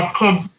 kids